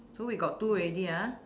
so we got two ready ah